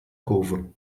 kurve